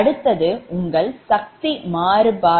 அடுத்தது உங்கள் சக்தி மாறுபாடு